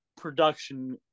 production